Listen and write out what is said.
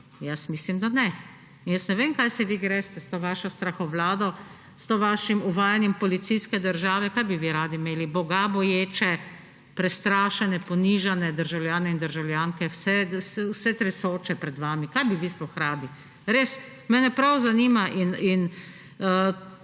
Mislim, da ne. Ne vem, kaj se vi greste s to vašo stahovlado, s tem vašim uvajanjem policijske države. Kaj bi vi radi imeli? Bogaboječe, prestrašene, ponižane državljane in državljanke, vse tresoče pred vami? Kaj bi vi sploh radi? Res, mene prav zanima! In